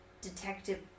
detective